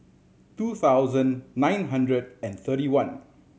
two thousand nine hundred and thirty one